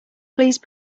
please